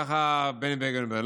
ככה בני בגין אומר.